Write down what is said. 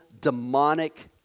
demonic